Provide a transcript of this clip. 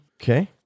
Okay